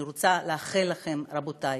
אני רוצה לאחל לכם, רבותי,